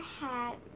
hat